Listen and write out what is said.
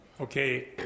Okay